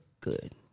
good